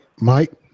Mike